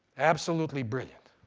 absolutely brilliant.